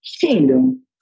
Kingdom